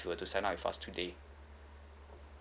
you were to sign up with us today